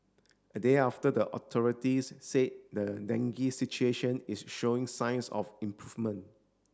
a day after the authorities say the dengue situation is showing signs of improvement